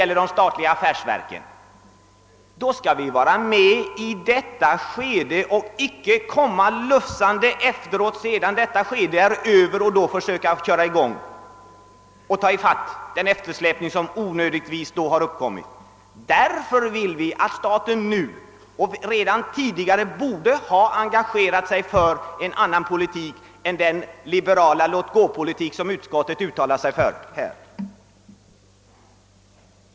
Därför skall vi vara med under detta skede och se till att vi är med i utvecklingen och icke komma lufsande efteråt sedan det är över och då försöka ta ifatt den eftersläpning som onödigtvis har uppkommit. Vi vill alltså att staten engagerar sig — vilket den borde ha gjort tidigare — för en annan politik än den liberala låtgåpolitik som utskottet nu uttalat sig för.